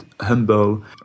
humble